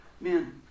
Man